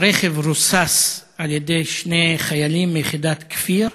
הרכב רוסס על-ידי שני חיילים מיחידת כפיר.